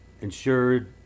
insured